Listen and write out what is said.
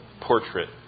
portrait